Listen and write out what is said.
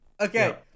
Okay